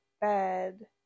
bed